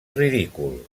ridícul